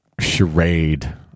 charade